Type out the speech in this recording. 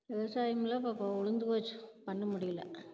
விவசாயமெல்லாம் இப்போ ப விழுந்து போச்சு பண்ண முடியல